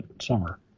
Summer